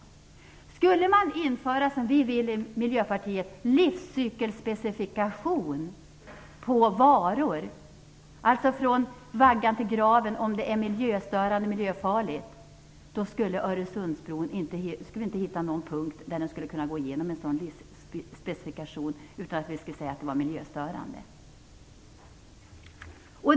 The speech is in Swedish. Om det, som vi i Miljöpartiet vill, infördes en livscykelspecifikation på varor - alltså en bedömning av om varan från vaggan till graven är miljöstörande eller miljöfarlig - skulle vi inte hitta någon punkt där Öresundsbron skulle kunna gå igenom utan att vi skulle säga att den var miljöstörande.